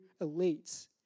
elites